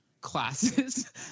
classes